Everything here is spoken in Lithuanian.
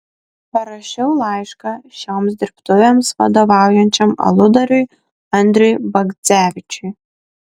parašiau laišką šioms dirbtuvėms vadovaujančiam aludariui andriui bagdzevičiui